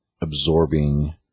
absorbing